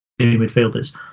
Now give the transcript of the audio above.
midfielders